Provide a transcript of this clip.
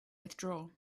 withdraw